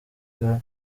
kibuga